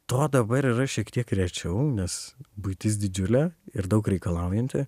to dabar yra šiek tiek rečiau nes buitis didžiulė ir daug reikalaujanti